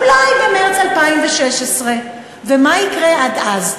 אולי במרס 2016. ומה יקרה עד אז?